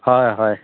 হয় হয়